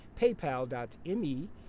paypal.me